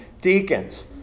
deacons